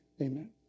Amen